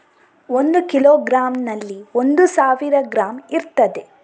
ಒಂದು ಕಿಲೋಗ್ರಾಂನಲ್ಲಿ ಒಂದು ಸಾವಿರ ಗ್ರಾಂ ಇರ್ತದೆ